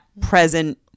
present